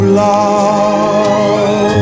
love